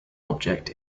object